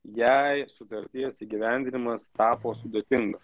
jei sutarties įgyvendinimas tapo sudėtingas